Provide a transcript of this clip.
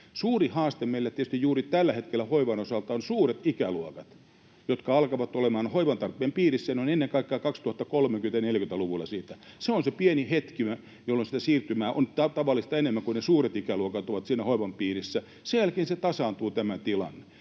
Suuri haaste meillä tietysti juuri tällä hetkellä hoivan osalta ovat suuret ikäluokat, jotka alkavat olemaan hoivan tarpeen piirissä ennen kaikkea 2030—2040-luvuilla. Se on se pieni hetki, jolloin sitä siirtymää on tavallista enemmän, kun ne suuret ikäluokat ovat siinä hoivan piirissä. Sen jälkeen tämä tilanne